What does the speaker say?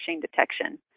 detection